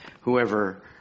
whoever